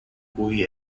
cui